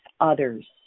others